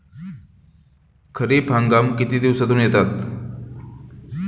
खरीप हंगाम किती दिवसातून येतात?